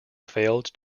failed